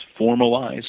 formalize